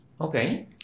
Okay